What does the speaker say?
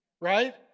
Right